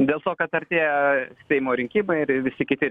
dėl to kad artėja seimo rinkimai ir ir visi kiti